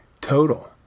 total